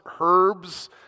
herbs